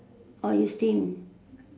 or you steam